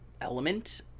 element